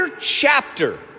chapter